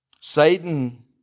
Satan